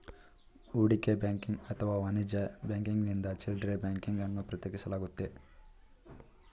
ಹೂಡಿಕೆ ಬ್ಯಾಂಕಿಂಗ್ ಅಥವಾ ವಾಣಿಜ್ಯ ಬ್ಯಾಂಕಿಂಗ್ನಿಂದ ಚಿಲ್ಡ್ರೆ ಬ್ಯಾಂಕಿಂಗ್ ಅನ್ನು ಪ್ರತ್ಯೇಕಿಸಲಾಗುತ್ತೆ